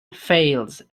fails